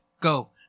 Go